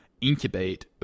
incubate